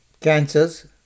Cancers